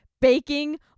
baking